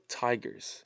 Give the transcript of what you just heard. Tigers